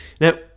Now